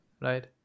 right